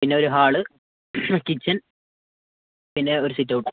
പിന്നെ ഒരു hall kitchen പിന്നെ ഒരു സിറ്റൗട്ട്